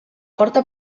porta